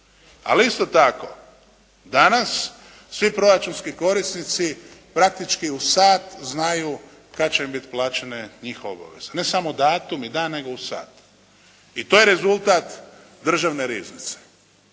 Ali isto tako danas svi proračunski korisnici praktički u sat znaju kada će im biti plaćene njihove obaveze. Ne samo datum i dan, nego u sat i to je rezultat državne riznice.